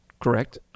Correct